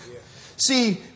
See